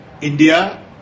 India